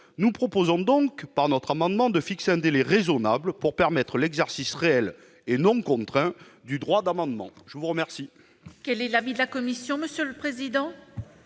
Nous proposons donc, par cet amendement, de fixer un délai raisonnable pour permettre l'exercice réel et non contraint du droit d'amendement. Quel